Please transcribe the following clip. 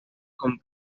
con